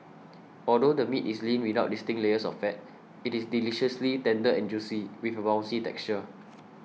although the meat is lean without distinct layers of fat it is deliciously tender and juicy with a bouncy texture